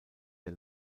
der